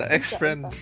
Ex-friend